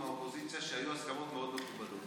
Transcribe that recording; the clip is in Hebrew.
האופוזיציה שהיו הסכמות מאוד מכובדות.